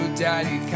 daddy